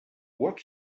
work